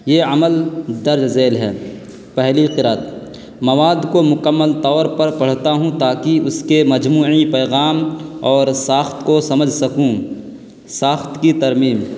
یہ عمل درج ذیل ہے پہلی قرأت مواد کو مکمل طور پر پڑھتا ہوں تاکہ اس کے مجموعی پیغام اور ساخت کو سمجھ سکوں ساخت کی ترمیم